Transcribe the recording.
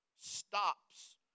stops